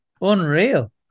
Unreal